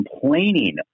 complaining